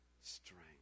strength